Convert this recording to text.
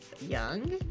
young